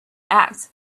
act